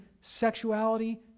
sexuality